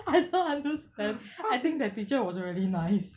I don't understand I think that teacher was really nice